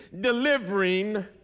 delivering